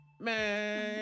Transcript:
Man